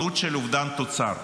עלות של אובדן תוצר.